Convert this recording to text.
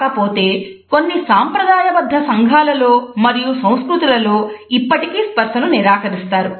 కాకపోతే కొన్ని సాంప్రదాయబద్ధమైన సంఘాలలో మరియు సంస్కృతులలో ఇప్పటికీ స్పర్శ ను నిరాకరిస్తారు